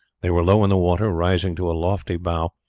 they were low in the water, rising to a lofty bow,